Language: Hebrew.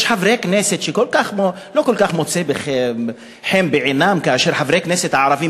יש חברי כנסת שלא כל כך מוצא חן בעיניהם כאשר חברי הכנסת הערבים